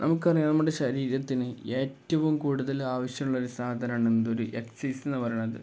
നമുക്കറിയാം നമ്മുടെ ശരീരത്തിന് ഏറ്റവും കൂടുതൽ ആവശ്യമുള്ളൊരു സാധനമാണ് എന്തൊരു എക്സസൈസെന്നു പറയുന്നത്